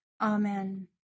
Amen